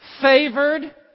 favored